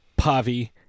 Pavi